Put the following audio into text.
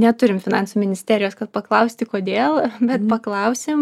neturim finansų ministerijos kad paklausti kodėl bet paklausim